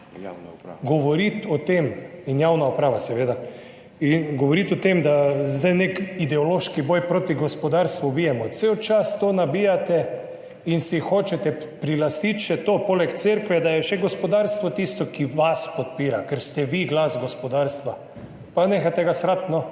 evidentirajo že od takrat, in javna uprava, seveda. Govoriti o tem, da zdaj bijemo nek ideološki boj proti gospodarstvu, cel čas to nabijate in si hočete prilastiti še to poleg cerkve, da je še gospodarstvo tisto, ki vas podpira, ker ste vi glas gospodarstva. Pa nehajte ga srati,